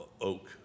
oak